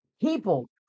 People